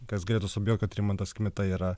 kas galėtų suabejot kad rimantas kmita yra